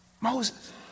Moses